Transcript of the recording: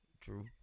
True